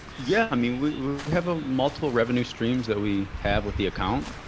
yeah. i mean, we have a multiple revenue streams that we have with the account.